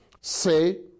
Say